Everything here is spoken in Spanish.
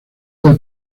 del